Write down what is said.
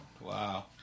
Wow